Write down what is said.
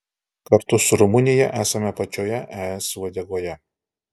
kartu su rumunija esame pačioje es uodegoje